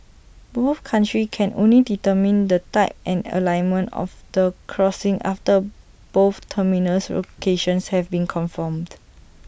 both countries can only determine the type and alignment of the crossing after both terminus locations have been confirmed